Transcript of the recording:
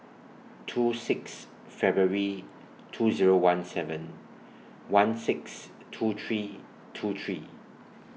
two six February two Zero one seven one six two three two three